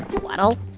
waddle,